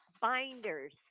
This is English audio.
binders